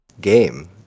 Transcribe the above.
game